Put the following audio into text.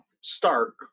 start